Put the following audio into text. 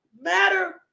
matter